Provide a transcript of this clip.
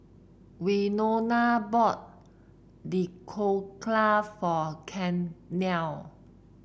Wynona bought Dhokla for Carnell